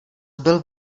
byl